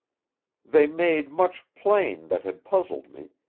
they made much plain that had puzzled me,